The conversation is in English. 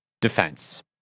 defense